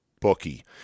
bookie